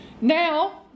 now